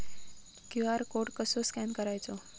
QR code कसो scan करायचो?